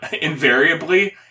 invariably